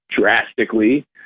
drastically